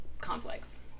conflicts